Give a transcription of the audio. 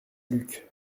luc